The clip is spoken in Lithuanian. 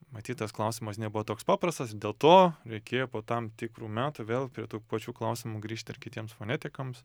matyt tas klausimas nebuvo toks paprastas ir dėl to reikėjo po tam tikrų metų vėl prie tų pačių klausimų grįžt ir kitiems fonetikams